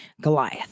Goliath